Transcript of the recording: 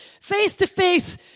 face-to-face